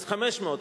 אז 500,